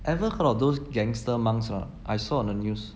ever heard of those gangster monks or not I saw on the news